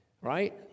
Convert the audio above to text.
right